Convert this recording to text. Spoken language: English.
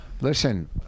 Listen